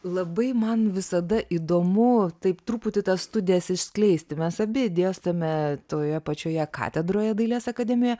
labai man visada įdomu taip truputį tas studijas išskleisti mes abi dėstome toje pačioje katedroje dailės akademijoje